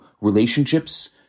relationships